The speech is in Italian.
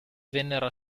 vennero